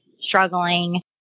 struggling